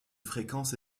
fréquence